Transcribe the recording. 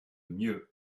mieux